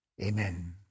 Amen